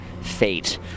fate